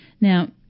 Now